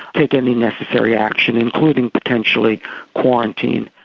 take any necessary action, including potentially quarantine.